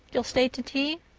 you'll stay to tea?